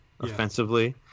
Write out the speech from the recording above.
offensively